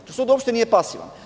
Tu sud uopšte nije pasivan.